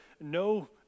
no